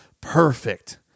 perfect